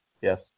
yes